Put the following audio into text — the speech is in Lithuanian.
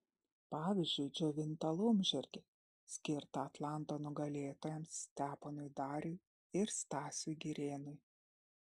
pavyzdžiui džiovintą laumžirgį skirtą atlanto nugalėtojams steponui dariui ir stasiui girėnui